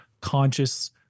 conscious